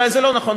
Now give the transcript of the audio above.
אולי זה לא נכון,